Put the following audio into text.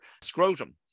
scrotum